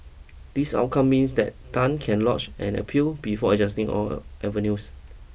this outcome means that Tan can lodge an appeal before adjusting all avenues